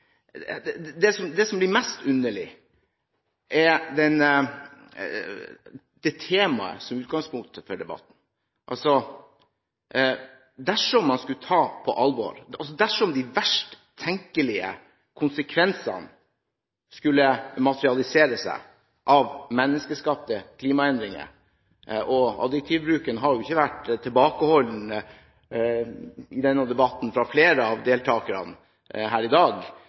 det har jo Fremskrittspartiet fremholdt hele veien – er den mangel på realisme som lå til grunn da forliket ble utarbeidet. Det som blir mest underlig, er det temaet som er utgangspunktet for debatten. Dersom de verst tenkelige konsekvensene av menneskeskapte klimaendringer skulle materialisere seg – og deltakerne i debatten her i dag har jo ikke vært